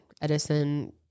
Edison